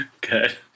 Good